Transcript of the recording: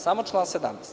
Samo član 17.